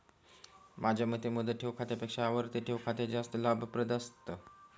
माझ्या मते मुदत ठेव खात्यापेक्षा आवर्ती ठेव खाते जास्त लाभप्रद असतं